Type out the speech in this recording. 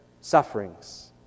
sufferings